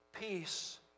peace